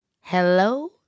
Hello